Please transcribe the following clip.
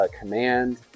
command